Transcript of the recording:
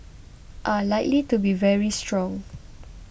are likely to be very strong